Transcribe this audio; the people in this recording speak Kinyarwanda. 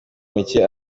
mike